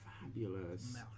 Fabulous